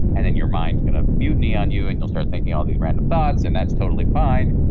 and then your minds going ah mutiny on you, and you'll start thinking all these random thoughts, and that's totally fine,